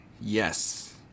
Yes